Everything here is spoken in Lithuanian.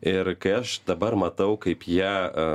ir kai aš dabar matau kaip jie